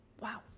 wow